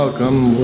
Welcome